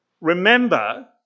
remember